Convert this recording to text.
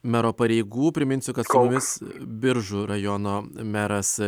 mero pareigų priminsiu kad su mumis biržų rajono meras